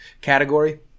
category